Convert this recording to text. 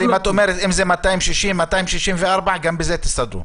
אם זה 260, גם ב-264 תסתדרו.